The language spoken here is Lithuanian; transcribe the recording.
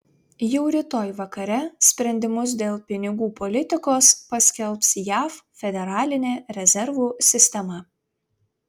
jau rytoj vakare sprendimus dėl pinigų politikos paskelbs jav federalinė rezervų sistema